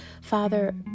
Father